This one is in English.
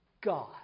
God